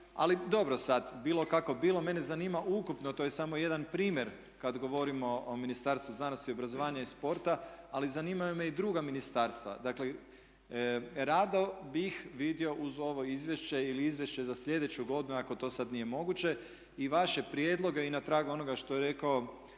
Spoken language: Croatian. Ali dobro sad, bilo kako bilo, mene zanima ukupno, to je samo jedan primjer kad govorimo o Ministarstvu znanosti, obrazovanja i sporta, ali zanimaju me i druga ministarstva. Dakle, rado bih vidio uz ovo izvješće ili izvješće za sljedeću godinu ako to sad nije moguće i vaše prijedloge i na tragu onoga što je rekao